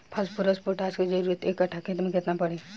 Phosphorus potash के जरूरत एक कट्ठा खेत मे केतना पड़ी?